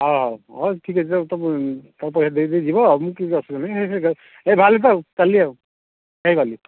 ହେଉ ହେଉ ହେଉ ଠିକ ଅଛି ତୁମ ପଇସା ଦେଇ ଦେଇକି ଯିବ ମୁଁ କିଛି ଅସୁବିଧା ନାହିଁ ଏଇ ବାହାରିଲି ତ ଆଉ ଚାଲିଲି ଆଉ ହେଇଗଲି